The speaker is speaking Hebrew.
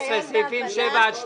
סעיפים 7 עד 12,